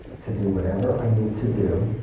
to do whatever i need to do.